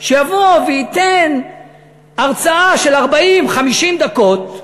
שיבוא וייתן הרצאה של 40, 50 דקות,